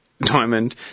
Diamond